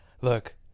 Look